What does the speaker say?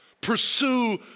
Pursue